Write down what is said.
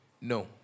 No